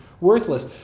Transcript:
worthless